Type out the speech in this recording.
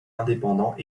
indépendant